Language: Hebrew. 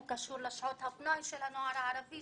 הוא קשור לשעות הפנאי של הנוער הערבי,